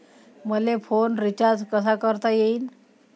मले phone recharge कसा करता येईन?